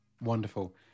Wonderful